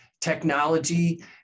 technology